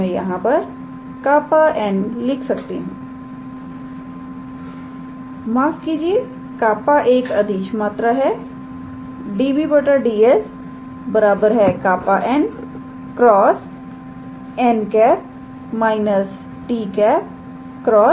तो मैं यहां पर 𝜅𝑛̂ लिख सकती हूं माफ कीजिए कापा एक अदिश मात्रा है 𝑑𝑏̂ 𝑑𝑠 𝜅𝑛̂ × 𝑛̂ − 𝑡̂× 𝑑𝑛̂ 𝑑𝑠